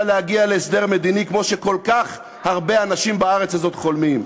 להגיע להסדר מדיני כמו שכל כך הרבה אנשים בארץ הזאת חולמים.